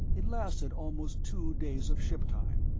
it lasted almost two days of shiptime,